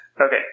Okay